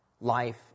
life